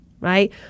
right